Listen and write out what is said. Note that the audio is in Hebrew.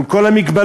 עם כל המגבלות,